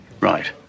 Right